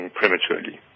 prematurely